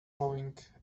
blowing